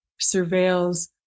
surveils